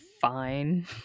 fine